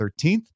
13th